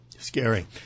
Scary